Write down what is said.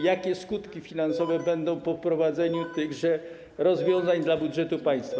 Jakie skutki finansowe będą po wprowadzeniu tychże rozwiązań dla budżetu państwa?